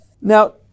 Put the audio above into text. Now